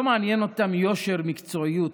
לא מעניינים אותם יושר ומקצועיות,